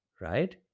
right